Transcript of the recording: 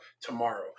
tomorrow